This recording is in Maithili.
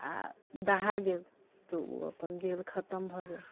दहा गेल तऽ ओ अपन गेल खतम भऽ गेल